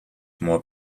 more